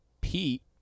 Pete